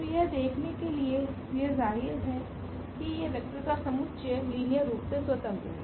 तो यह देखने के लिए यह जाहिर है कि यह वेक्टर का समुच्चय लीनियर रूप से स्वतंत्र हैं